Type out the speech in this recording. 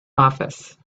office